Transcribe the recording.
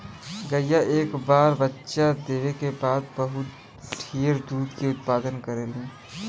गईया एक बार बच्चा देवे क बाद बहुत ढेर दूध के उत्पदान करेलीन